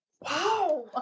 Wow